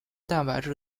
蛋白质